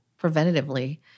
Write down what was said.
preventatively